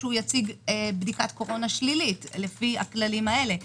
יציג בדיקת קורונה שלילית לפי הכללים הללו.